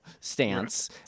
stance